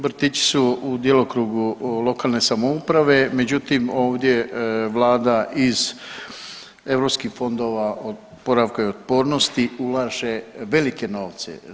Vrtići su u djelokrugu lokalne samouprave međutim ovdje vlada iz EU fondova oporavka i otpornosti ulaže velike novce.